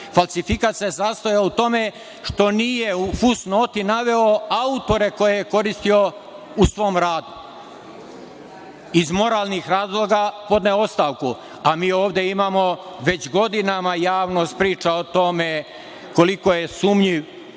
Falsifikat se sastojao u tome što nije u fusnoti naveo autore koje je koristio u svom radu. Iz moralnih razlogaje podneo ostavku, a mi ovde imamo, već godinama javnost priča o tome koliko je sumnjiv